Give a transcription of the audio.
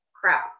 crap